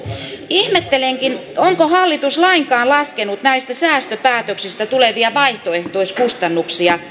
ihmettelenkin onko hallitus lainkaan laskenut näistä säästöpäätöksistä tulevia vaihtoehtoiskustannuksia